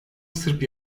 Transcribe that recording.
sırp